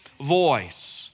voice